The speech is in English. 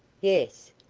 yes.